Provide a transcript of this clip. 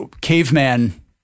caveman